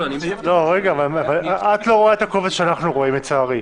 את לא רואה את הקובץ שאנחנו רואים, לצערי.